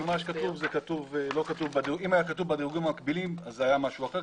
אם היה כתוב בדירוגים המקבילים זה היה משהו אחר,